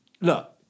look